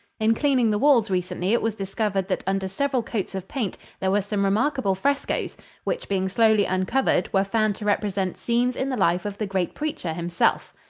in cleaning the walls recently, it was discovered that under several coats of paint there were some remarkable frescoes which, being slowly uncovered, were found to represent scenes in the life of the great preacher himself.